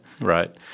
Right